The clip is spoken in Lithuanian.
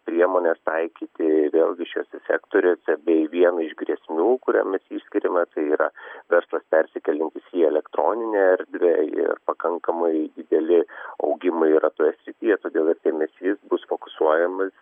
priemones taikyti vėl viešuose sektoriuose bei vieną iš grėsmių kuriam mes išskiriame tai yra verslas persikėliantis į elektroninę erdvę ir pakankamai dideli augimai yra toje srityj todėl ir dėmesys bus fokusuojamas